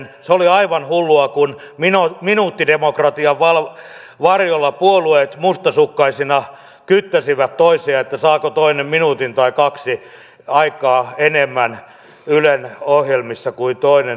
se oli aivan hullua kun minuuttidemokratian varjolla puolueet mustasukkaisina kyttäsivät toisiaan saako toinen minuutin tai kaksi enemmän aikaa ylen ohjelmissa kuin toinen